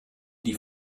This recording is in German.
die